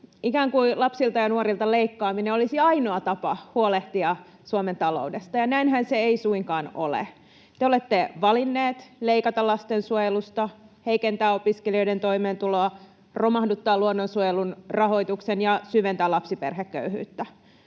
ikään kuin lapsilta ja nuorilta leikkaaminen olisi ainoa tapa huolehtia Suomen taloudesta, ja näinhän se ei suinkaan ole. Te olette valinneet leikata lastensuojelusta, heikentää opiskelijoiden toimeentuloa, romahduttaa luonnonsuojelun rahoituksen ja syventää lapsiperheköyhyyttä.